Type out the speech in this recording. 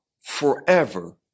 forever